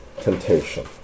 temptation